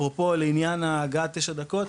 אפרופו לעניין הגעה בתשע דקות,